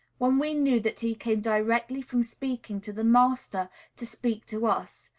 when we knew that he came directly from speaking to the master to speak to us,